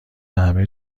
همه